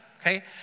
Okay